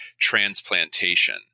transplantation